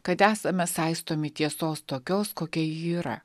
kad esame saistomi tiesos tokios kokia ji yra